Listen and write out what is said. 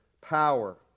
power